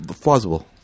plausible